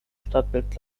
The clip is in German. stadtbild